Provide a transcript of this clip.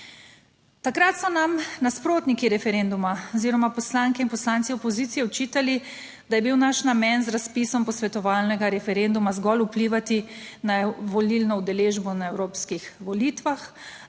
Takrat so nam nasprotniki referenduma oziroma poslanke in poslanci opozicije očitali, da je bil naš namen z razpisom posvetovalnega referenduma zgolj vplivati na volilno udeležbo na evropskih volitvah.